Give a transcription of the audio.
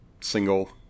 single